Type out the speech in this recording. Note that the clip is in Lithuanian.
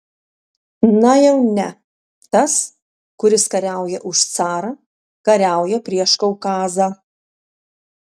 na jau ne tas kuris kariauja už carą kariauja prieš kaukazą